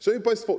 Szanowni Państwo!